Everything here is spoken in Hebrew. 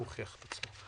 הוא הוכיח את עצמו.